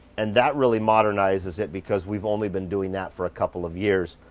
and that really modernizes it because we've only been doing that for a couple of years.